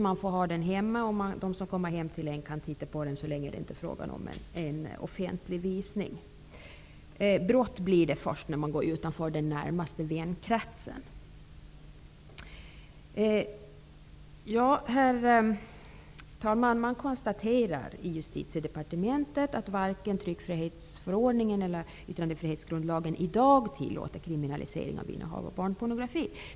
Man får ha den hemma, och de som kommer hem till innehavaren kan titta på den så länge det inte är fråga om en offentlig visning. Brott blir det fråga om först när man går utanför den närmaste vänkretsen. Herr talman! Man konstaterar i Justitiedepartementet att varken tryckfrihetsförordningen eller yttrandefrihetsgrundlagen i dag tillåter kriminalisering av innehav av barnpornografi.